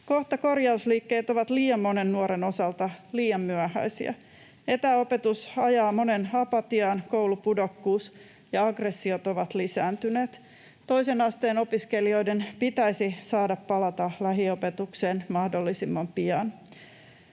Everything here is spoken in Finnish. Kohta korjausliikkeet ovat liian monen nuoren osalta liian myöhäisiä. Etäopetus ajaa monen apatiaan, koulupudokkuus ja aggressiot ovat lisääntyneet. Toisen asteen opiskelijoiden pitäisi saada palata lähiopetukseen mahdollisimman pian.